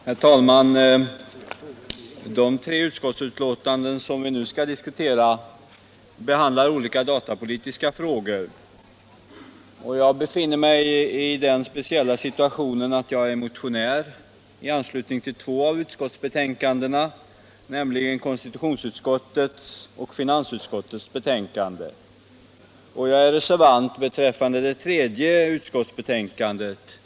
Herr talman! De tre utskottsbetänkanden som vi nu skall diskutera behandlar olika datapolitiska frågor. Jag befinner mig i den speciella situationen att jag är motionär i anslutning till två av utskottsbetänkandena, nämligen konstitutionsutskottets och finansutskottets betänkan den, och att jag är reservant beträffande det tredje, näringsutskottets betänkande.